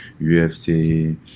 UFC